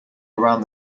around